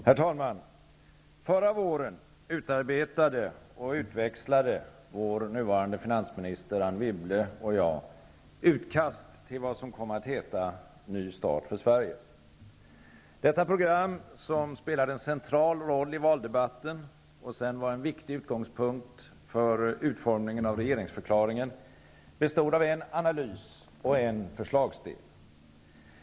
Herr talman! Förra våren utarbetade och utväxlade vår nuvarande finansminister Anne Wibble och jag utkast till vad som kom att heta Ny start för Sverige. Detta program, som spelade en central roll i valdebatten och sedan var en viktig utgångspunkt för utformningen av regeringsförklaringen, bestod av en analys och en förslagsdel.